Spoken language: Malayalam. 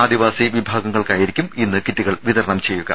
ആദിവാസി ഭക്ഷ്യ വിഭാഗങ്ങൾക്കായിരിക്കും ഇന്ന് കിറ്റുകൾ വിതരണം ചെയ്യുക